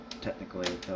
technically